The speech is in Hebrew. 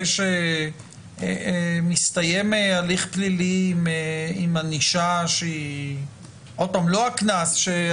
שאם הליך פלילי מסתיים בענישה גדולה יותר אז